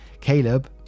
Caleb